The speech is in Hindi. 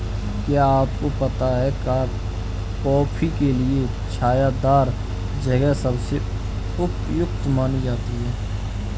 क्या आपको पता है कॉफ़ी के लिए छायादार जगह सबसे उपयुक्त मानी जाती है?